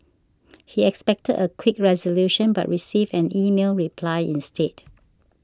he expected a quick resolution but received an email reply instead